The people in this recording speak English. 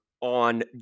on